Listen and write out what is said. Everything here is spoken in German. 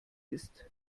ist